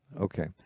okay